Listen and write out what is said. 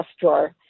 drawer